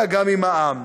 אלא גם עם העם.